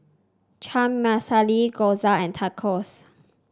Chana Masala Gyoza and Tacos